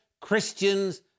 Christians